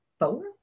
four